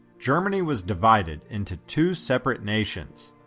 germany was divided into two separate nations,